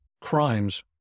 crimes